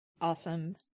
Awesome